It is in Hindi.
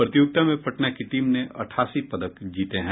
प्रतियोगिता में पटना की टीम ने अठासी पदक जीते हैं